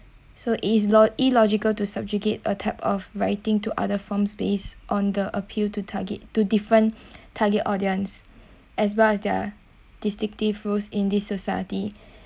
so is lo~ illogical to subjugate a type of writing to other forms base on the appeal to target to different target audience as well as their distinctful in this society